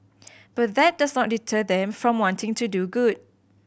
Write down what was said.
but that does not deter them from wanting to do good